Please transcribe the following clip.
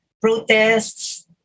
protests